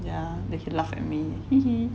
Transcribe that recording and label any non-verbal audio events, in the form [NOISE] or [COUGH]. yeah then he laughed at me [LAUGHS]